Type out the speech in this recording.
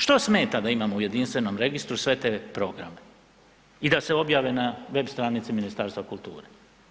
Što smeta da imamo u jedinstvenom registru sve te programe i da objave na web stranicama Ministarstva kulture?